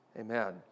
Amen